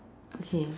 okay